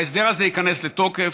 ההסדר הזה ייכנס לתוקף,